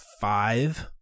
five